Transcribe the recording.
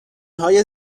های